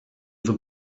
the